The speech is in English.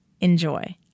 Enjoy